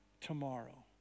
tomorrow